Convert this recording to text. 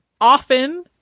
Often